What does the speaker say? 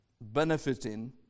benefiting